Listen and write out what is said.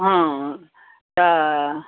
हँ तऽ